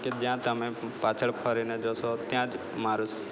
જ્યાં તમે પાછળ ફરીને જોશો ત્યાં જ મારું